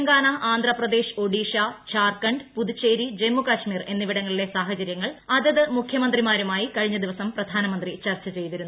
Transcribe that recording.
തെലങ്കാന ആന്ധ്രാ പ്രദേശ് ഒഡിഷ ഝാർഖണ്ഡ് പുതുച്ചേരി ജമ്മു കശ്മീർ എന്നിവിടങ്ങളിലെ സാഹചര്യങ്ങൾ അതത് മുഖ്യമന്ത്രിമാരുമായി കഴിഞ്ഞ ദിവസം പ്രധാനമന്ത്രി ചർച്ച ചെയ്തിരുന്നു